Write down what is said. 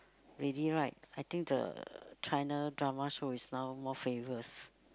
really right I think the China drama show is now more famous